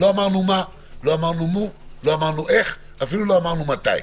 לא אמרנו איך, לא אמרנו מה או מתי.